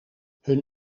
hun